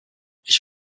ich